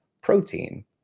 protein